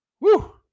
Woo